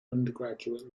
undergraduate